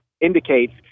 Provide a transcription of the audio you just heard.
indicates